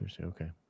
okay